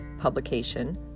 publication